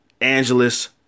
Angeles